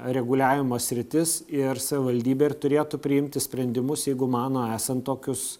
reguliavimo sritis ir savivaldybė ir turėtų priimti sprendimus jeigu mano esant tokius